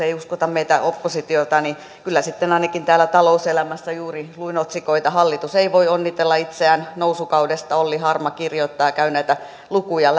ei uskota meitä oppositiota niin esimerkiksi sitten ainakin talouselämää juuri luin otsikoita hallitus ei voi onnitella itseään nousukaudesta olli harma kirjoittaa ja käy näitä lukuja